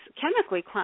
chemically